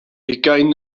ugain